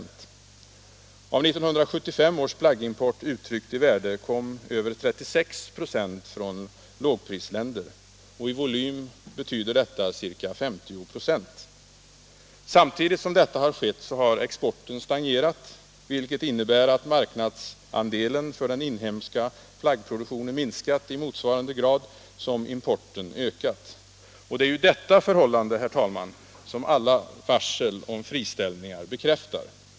Av 1975 års plaggimport, uttryckt i värde, kom över 36 ?6 från lågprisländer. I volym betyder detta ca 50 26. Samtidigt som detta har skett har exporten stagnerat, vilket innebär att marknadsandelen för den inhemska plaggproduktionen minskat i motsvarande grad som importen ökat. Det är ju detta förhållande som alla varsel om friställningar bekräftar.